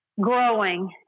growing